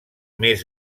més